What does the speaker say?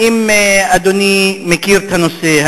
האם אדוני מכיר את הנושא?